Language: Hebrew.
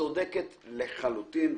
צודקת לחלוטין.